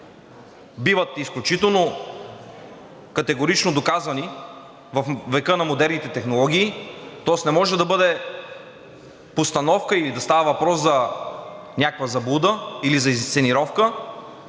биват изключително категорично доказани във века на модерните технологии, тоест не може да бъде постановка или да става въпрос за някаква заблуда или инсценировка.